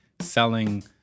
selling